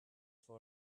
for